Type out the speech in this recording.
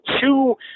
two